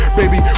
baby